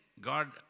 God